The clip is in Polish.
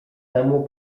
temu